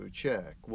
check